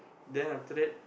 then after that